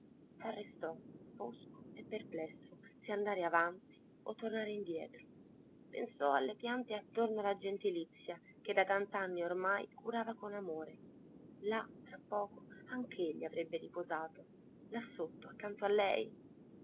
s'arrestò fosco e perplesso se andare avanti o tornare indietro pensò alle piante attorno alla gentilizia che da tant'anni ormai curava con amore là tra poco anch'egli avrebbe riposato là sotto accanto a lei